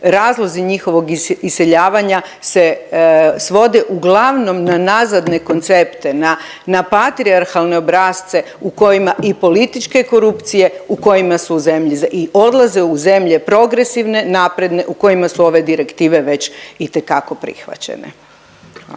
razlozi njihovog iseljavanja se svode uglavnom na nazadne koncepte, na patrijarhalne obrasce u kojima i političke korupcije u kojima su zemlji i odlaze u zemlje progresivne, napredne u kojima su ove direktive već itekako prihvaćene.